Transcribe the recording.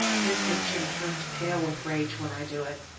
miss minchin turns pale with rage when i do it.